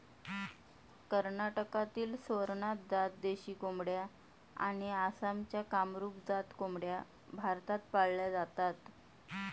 कर्नाटकातील स्वरनाथ जात देशी कोंबड्या आणि आसामच्या कामरूप जात कोंबड्या भारतात पाळल्या जातात